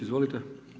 Izvolite.